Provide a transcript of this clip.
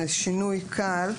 בשינוי קל,